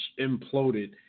imploded